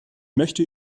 möchte